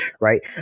right